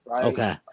Okay